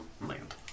Land